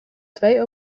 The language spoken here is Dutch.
twee